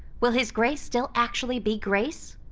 will his grace still actually be grace?